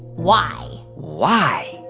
why? why?